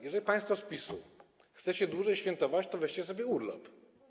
Jeżeli państwo z PiS-u chcecie dłużej świętować, to weźcie sobie urlop.